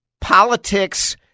politics